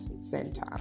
center